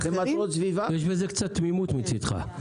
יש בזה קצת תמימות מצדך.